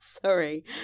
sorry